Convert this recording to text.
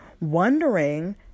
wondering